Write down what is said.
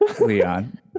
Leon